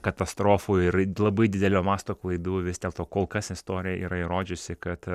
katastrofų ir labai didelio masto klaidų vis dėlto kol kas istorija yra įrodžiusi kad